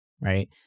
right